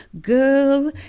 girl